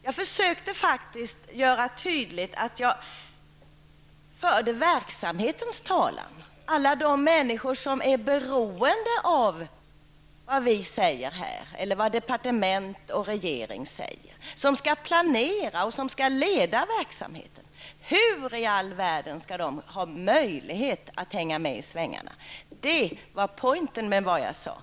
Jag försökte faktiskt göra tydligt att jag förde verksamhetens talan, att jag talade för alla de människor som är beroende av vad vi eller regeringen säger, de människor som skall planera och leda verksamheten. Hur i all världen skall de ha möjlighet att hänga med i svängarna? Det var poängen i vad jag sade.